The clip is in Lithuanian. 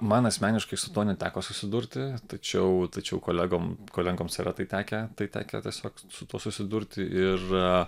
man asmeniškai su tuo neteko susidurti tačiau tačiau kolegom kolegoms yra tai tekę tai tekę tiesiog su tuo susidurti ir